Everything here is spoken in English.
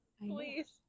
please